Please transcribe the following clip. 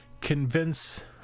convince